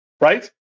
right